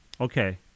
Okay